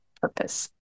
purpose